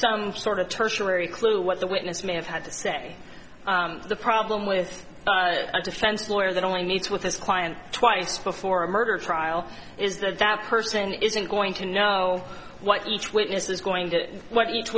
some sort of tertiary clue what the witness may have had to say the problem with a defense lawyer that only meets with his client twice before a murder trial is that that person isn't going to know what each witness is going to what each